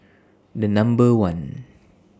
The Number one